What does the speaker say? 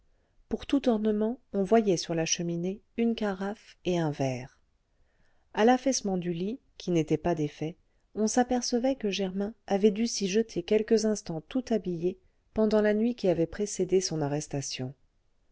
pour tout ornement on voyait sur la cheminée une carafe et un verre à l'affaissement du lit qui n'était pas défait on s'apercevait que germain avait dû s'y jeter quelques instants tout habillé pendant la nuit qui avait précédé son arrestation